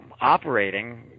operating